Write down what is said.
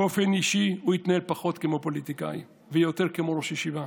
באופן אישי הוא התנהל פחות כמו פוליטיקאי ויותר כמו ראש ישיבה.